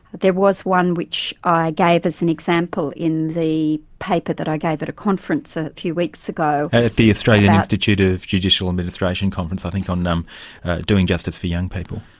there was one, which i gave as an example in the paper that i gave at a conference a few weeks ago about. at the australian institute of judicial administration conference, i think on um doing justice for young people?